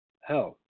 hell